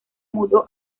mudó